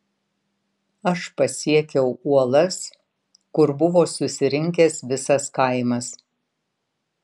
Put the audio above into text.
aš pasiekiau uolas kur buvo susirinkęs visas kaimas